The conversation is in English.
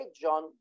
John